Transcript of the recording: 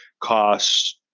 costs